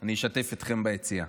אני אשתף אתכם ביציע: